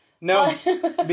No